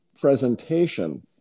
presentation